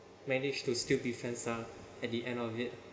manage to still be friends ah at the end of it